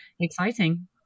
exciting